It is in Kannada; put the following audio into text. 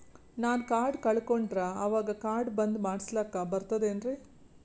ನಾನು ಕಾರ್ಡ್ ಕಳಕೊಂಡರ ಅವಾಗ ಕಾರ್ಡ್ ಬಂದ್ ಮಾಡಸ್ಲಾಕ ಬರ್ತದೇನ್ರಿ?